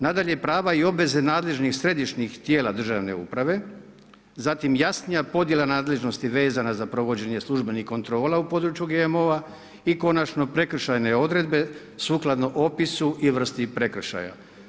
Nadalje, prava i obveze nadležnih središnjih tijela državne uprave, zatim jasnija podjela nadležnosti vezana za provođenje službenih kontrola u području GMO-a i konačno, prekršajne odredbe sukladno opisu i vrsti prekršaja.